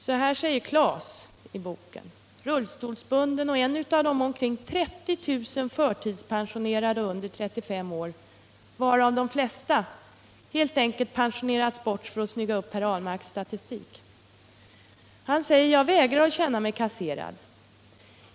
Så här säger Klas, rullstolsbunden och en av de omkring 30 000 förtidspensionerade under 35 år av vilka de flesta helt enkelt har pensionerats bort för att snygga upp herr Ahlmarks statistik: ”Jag vägrar att känna mig kasserad.